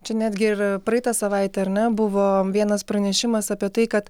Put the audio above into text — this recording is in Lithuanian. čia netgi ir praeitą savaitę ar ne buvo vienas pranešimas apie tai kad